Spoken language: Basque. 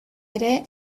ere